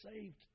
saved